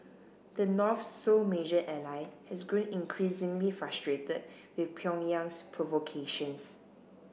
the North's sole major ally has grown increasingly frustrated with Pyongyang's provocations